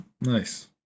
Nice